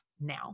now